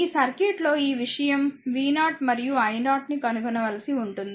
ఈ సర్క్యూట్ లో ఈ విషయం v0 మరియు i0 ని కనుగొనవలసి ఉంటుంది